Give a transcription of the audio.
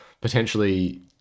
potentially